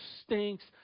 stinks